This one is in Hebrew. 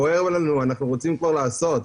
אנחנו רוצים כבר לעשות.